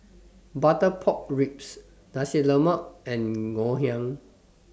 Butter Pork Ribs Nasi Lemak and Ngoh Hiang